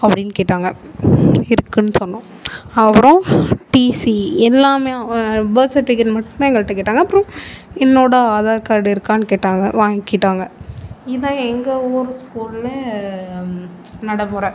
அப்படின்னு கேட்டாங்க இருக்குன்னு சொன்னோம் அப்றம் டிசி எல்லாமே பேர்த் சர்டிவிக்கேட் மட்டுந்தான் எங்கள்கிட்ட கேட்டாங்க அப்றம் என்னோடய ஆதார் கார்டு இருக்கானு கேட்டாங்க வாங்கிட்டாங்க இதுதான் எங்கள் ஊர் ஸ்கூலில் நடமுறை